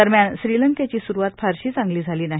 दरम्यान श्रीलंकेची सुरूवात फारशी चांगली झाली नाही